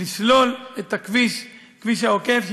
לסלול את הכביש העוקף,